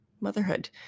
motherhood